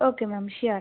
okay ma'am sure